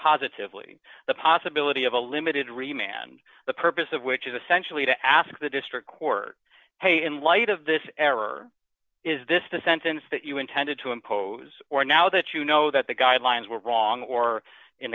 positively the possibility of a limited remain and the purpose of which is essentially to ask the district court hey in light of this error is this the sentence that you intended to impose or now that you know that the guidelines were wrong or in